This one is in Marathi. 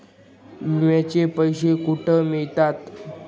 विम्याचे पैसे कुठे मिळतात?